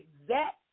exact